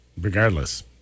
regardless